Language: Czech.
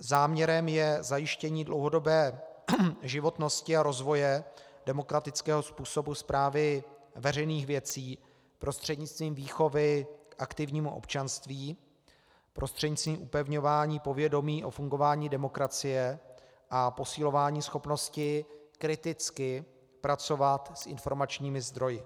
Záměrem je zajištění dlouhodobé životnosti a rozvoje demokratického způsobu správy veřejných věcí prostřednictvím výchovy k aktivnímu občanství, prostřednictvím upevňování povědomí o fungování demokracie a posilování schopnosti kriticky pracovat s informačními zdroji.